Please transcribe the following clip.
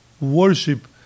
worship